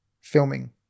filming